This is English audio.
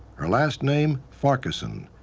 her last name, farquharson.